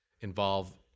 involve